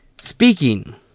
Speaking